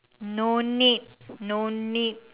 no need no need